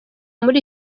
muri